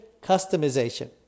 customization